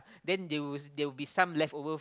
then they will they will be some leftover